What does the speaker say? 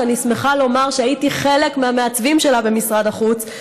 שאני שמחה לומר שהייתי מהמעצבים שלה במשרד החוץ,